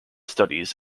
studies